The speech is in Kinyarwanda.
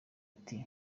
ati